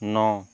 ন